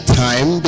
time